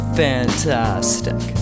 fantastic